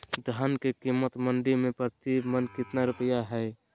धान के कीमत मंडी में प्रति मन कितना रुपया हाय?